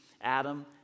Adam